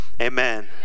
Amen